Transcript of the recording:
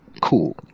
cool